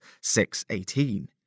618